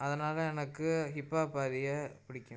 அதனால் எனக்கு ஹிப்பாப் ஆதியை பிடிக்கும்